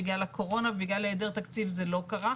בגלל הקורונה ובגלל היעדר תקציב זה לא קרה.